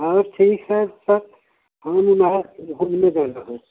और ठीक है सर हम लोगों को जो है घूमने जाना है